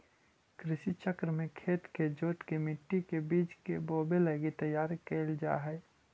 कृषि चक्र में खेत के जोतके मट्टी के बीज बोवे लगी तैयार कैल जा हइ